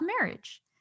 marriage